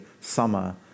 summer